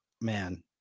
man